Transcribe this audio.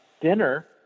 dinner